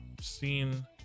seen